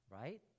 right